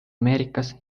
ameerikas